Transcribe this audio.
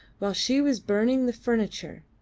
while she was burning the furniture,